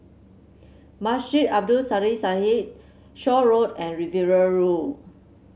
Masjid Abdul Shaw Road and Riverina Road